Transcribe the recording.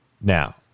Now